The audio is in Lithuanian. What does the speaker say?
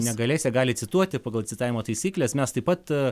negalės jie gali cituoti pagal citavimo taisykles mes taip pat